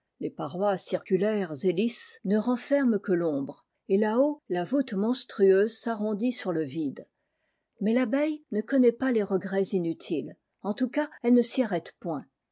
les parois circulaires et lisses ne renferment que l'ombre et là-haut la voûte monstrueuse s'arrondit sur le vide mais tabeille ne connaît pas les regrets inutiles en tout cas elle ne j arrête point